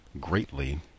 greatly